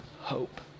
hope